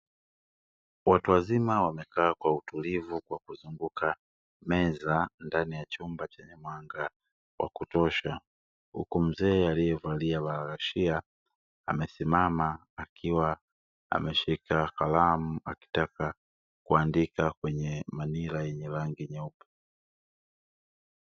Watu wazima wamekaa kwa utulivu kwa kuzunguka meza ndani ya chumba chenye mwanga wakutosha, huku mzee aliye valia baragashia amesimama akiwa ameshika kalamu akitaka kuandika kwenye manila yenye rangi nyeupe.